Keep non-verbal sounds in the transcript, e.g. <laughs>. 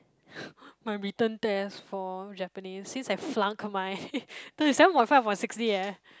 <breath> my written test for Japanese since I flunk my <laughs> thirty seven point five upon sixty eh